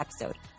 episode